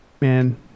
Man